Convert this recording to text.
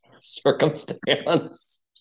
circumstance